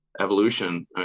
evolution